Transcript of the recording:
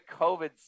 COVID